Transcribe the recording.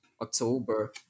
October